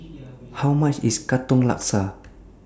How much IS Katong Laksa